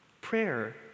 Prayer